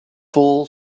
full